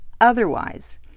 otherwise